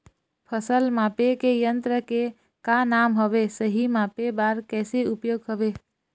फसल मापे के यन्त्र के का नाम हवे, सही मापे बार कैसे उपाय हवे?